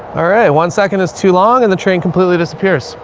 all right, one second is too long and the train completely disappears.